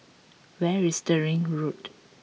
where is Stirling Road